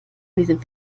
diesem